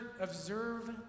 observe